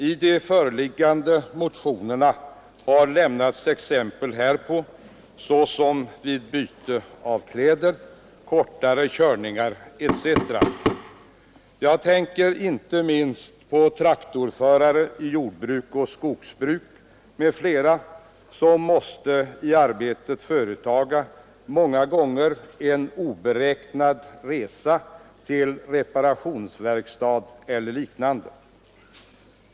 I de föreliggande motionerna har lämnats exempel på att man kan glömma körkortet — det gäller byte av kläder, kortare körningar etc. Jag tänker inte minst på traktorförare i jordbruk och skogsbruk som många gånger i arbetet måste företa en oberäknad resa till reparationsverkstad e. d.